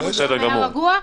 היה רגוע?